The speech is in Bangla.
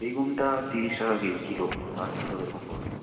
বেগুনটা তিরিশ টাকা কেজি কিলো পার কিলো এরকম পড়বে